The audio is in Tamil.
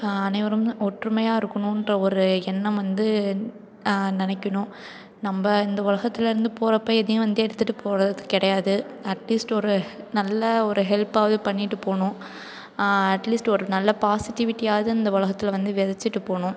அனைவரும் ஒற்றுமையாக இருக்கணும்ற ஒரு எண்ணம் வந்து நினைக்கணும் நம்ப இந்த உலகத்துலேருந்து போகிறப்போ எதையும் வந்து எடுத்துகிட்டு போவது கிடையாது அட்லீஸ்ட் ஒரு நல்ல ஒரு ஹெல்ப்பாகவே பண்ணிகிட்டு போகணும் அட்லீஸ்ட் ஒரு நல்ல பாசிட்டிவிட்டியாவது இந்த உலகத்துல வந்து வெதைச்சிட்டு போகணும்